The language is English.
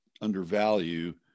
undervalue